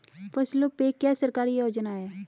फसलों पे क्या सरकारी योजना है?